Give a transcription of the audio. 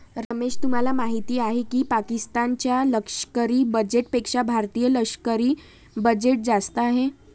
रमेश तुम्हाला माहिती आहे की पाकिस्तान च्या लष्करी बजेटपेक्षा भारतीय लष्करी बजेट जास्त आहे